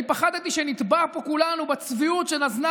אני פחדתי שנטבע פה כולנו בצביעות שנזלה